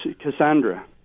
Cassandra